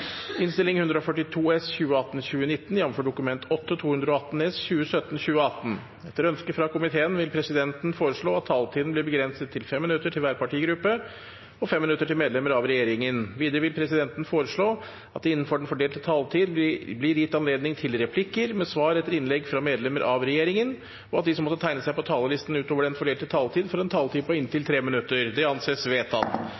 minutter til medlemmer av regjeringen. Videre vil presidenten foreslå at det – innenfor den fordelte taletid – blir gitt anledning til replikker med svar etter innlegg fra medlemmer av regjeringen, og at de som måtte tegne seg på talerlisten utover den fordelte taletid, får en taletid på